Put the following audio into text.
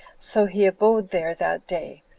so he abode there that day.